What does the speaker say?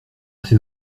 ces